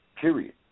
Period